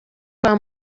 kwa